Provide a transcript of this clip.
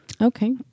Okay